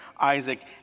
Isaac